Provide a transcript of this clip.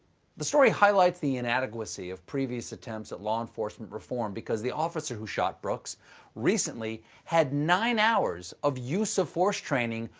the story highlights the inadequacy of previous attempts at law enforcement reform, because the officer who shot brooks recently had nine hours of use-of-force training,